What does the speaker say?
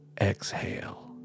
exhale